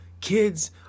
Kids